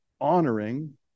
honoring